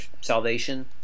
salvation